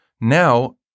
Now